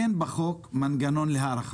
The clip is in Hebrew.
אין בחוק מנגנון להארכה.